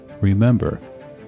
remember